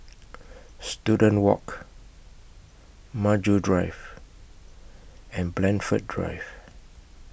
Student Walk Maju Drive and Blandford Drive